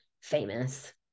famous